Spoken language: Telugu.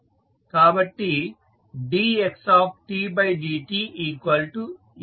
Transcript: కాబట్టి dxdtAxtBut